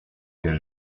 coeur